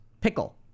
pickle